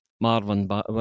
Marvin